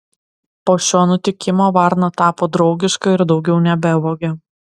po šio nutikimo varna tapo draugiška ir daugiau nebevogė